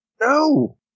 No